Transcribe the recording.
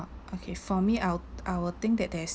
okay for me I'll I'll think that there's